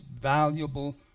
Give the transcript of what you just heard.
valuable